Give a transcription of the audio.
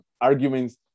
arguments